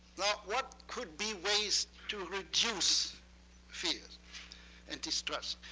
now, what could be ways to reduce fears and distrust.